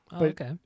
Okay